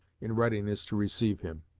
in readiness to receive him.